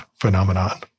phenomenon